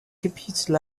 computer